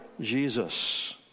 Jesus